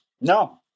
No